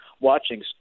watching